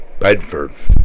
Bedford